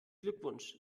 glückwunsch